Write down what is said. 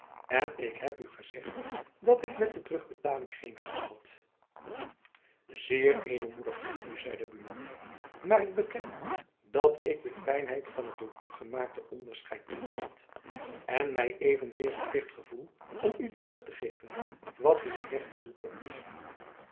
en ik heb u gezegd dat ik met de terugbetaling geen haast had zeer edelmoedig van u zeide buat maar ik beken u dat ik de fijnheid van het door u gemaakte onderscheid niet vat en my evenzeer verplicht gevoel om u terug te geven wat u naar rechte toekomt